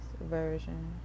version